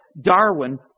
Darwin